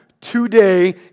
today